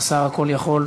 השר הכול-יכול